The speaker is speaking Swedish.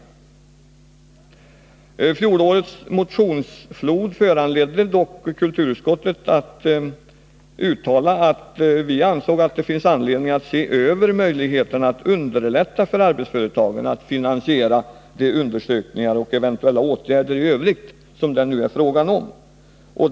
Fjolårets motionsflod föranledde dock kulturutskottet att uttala att det fanns anledning att se över möjligheterna att underlätta för arbetsföretag att finansiera de undersökningar och eventuella åtgärder i övrigt som det här är frågan om.